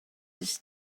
his